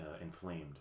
inflamed